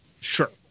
Sure